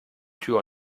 tür